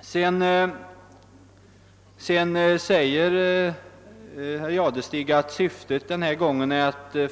Sedan säger herr Jadestig att syftet denna gång endast är